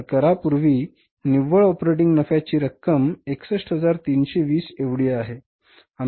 तर करापूर्वी निव्वळ ऑपरेटिंग नफ्याची रक्कम 61320 एवढी आहे